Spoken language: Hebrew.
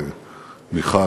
למיכל,